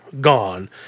gone